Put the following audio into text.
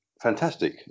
Fantastic